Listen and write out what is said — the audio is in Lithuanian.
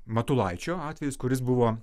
matulaičio atvejis kuris buvo